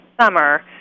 summer